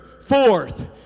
fourth